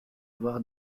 avoir